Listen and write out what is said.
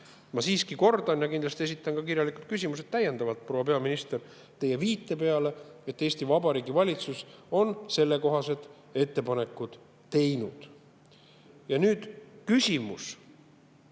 Ma siiski kordan ja kindlasti esitan täiendavalt ka kirjalikud küsimused, proua peaminister, teie viite peale, et Eesti Vabariigi valitsus on sellekohased ettepanekud teinud. Ja nüüd küsimus,